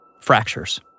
Fractures